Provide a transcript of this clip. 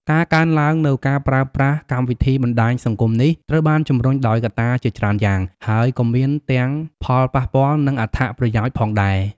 ការកើនឡើងនូវការប្រើប្រាស់កម្មវិធីបណ្ដាញសង្គមនេះត្រូវបានជំរុញដោយកត្តាជាច្រើនយ៉ាង ហើយក៏មានទាំងផលប៉ះពាល់ និងអត្ថប្រយោជន៍ផងដែរ។